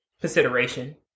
consideration